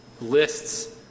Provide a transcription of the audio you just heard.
lists